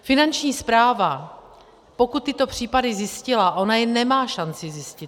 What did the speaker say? Finanční správa, pokud tyto případy zjistila ona je nemá šanci zjistit.